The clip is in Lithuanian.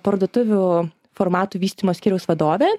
parduotuvių formatų vystymo skyriaus vadovė